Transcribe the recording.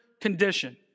condition